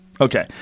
Okay